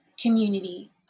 community